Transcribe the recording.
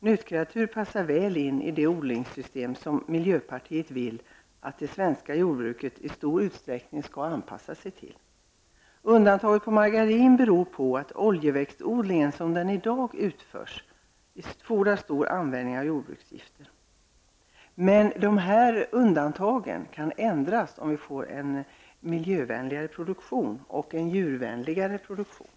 Nötkreatur passar väl in i det odlingssystem som miljöpartiet vill att det svenska jordbruket i stor utsträckning skall anpassa sig till. Undantaget för margarin beror på att oljeväxtodlingen, som den i dag utförs, fordrar stor användning av jordbruksgifter. Men dessa undantag kan tas bort om vi får en miljövänligare och djurvänligare produktion.